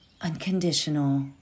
unconditional